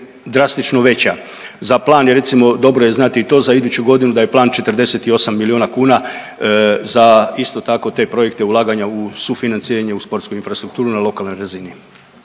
drastično veća. Za plan je recimo dobro je znati i to za iduću godinu da je plan 48 milijuna kuna za isto tako te projekte ulaganja u sufinanciranje u sportsku infrastrukturu na lokalnoj razini.